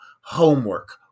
homework